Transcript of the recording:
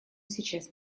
сейчас